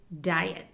diet